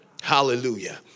Hallelujah